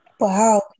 wow